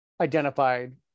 identified